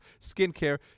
skincare